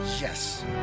Yes